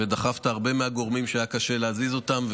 דחפת הרבה מהגורמים שהיה קשה להזיז אותם,